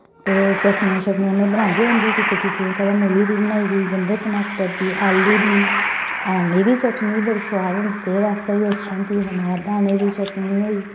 ते चटनियां शटनियां में बनांदी रौंह्दी ही कुसै कुसै दियां कदैं मूली दी बनाई ओड़ी कदैं गंडे टमाटर दी कदैं आलू दी आमलें दी चटनी बी बड़ा अच्छी होंदी सेह्त आस्तै बी अच्छी होंदी अनार दाने दी चटनी